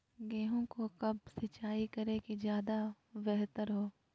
गेंहू को कब सिंचाई करे कि ज्यादा व्यहतर हो?